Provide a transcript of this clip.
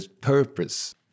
purpose